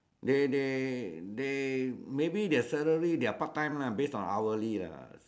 they they they maybe their salary their part time ah based on hourly ah